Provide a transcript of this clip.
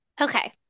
Okay